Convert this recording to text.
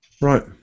Right